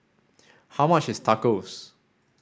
how much is Tacos